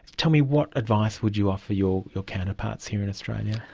tell me, what advice would you offer your your counterparts here in australia?